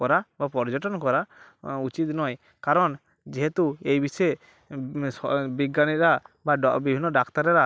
করা বা পর্যটন করা উচিত নয় কারণ যেহেতু এই বিশ্বে স বিজ্ঞানীরা বা ড বিভিন্ন ডাক্তারেরা